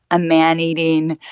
a man-eating,